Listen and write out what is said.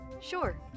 Sure